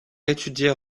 étudier